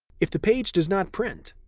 if the page does not print,